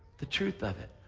the truth of it.